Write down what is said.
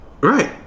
Right